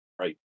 Right